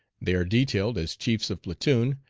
they are detailed as chiefs of platoon,